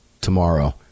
tomorrow